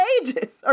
ages